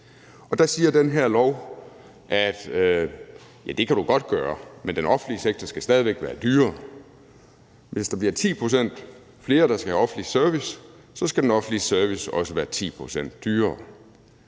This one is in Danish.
og der siger det her lovforslag, at det kan du godt gøre, men at den offentlige sektor stadig væk skal være dyrere. Hvis der bliver 10 pct. flere, der skal have offentlig service, skal den offentlige service også være 10 pct. dyrere.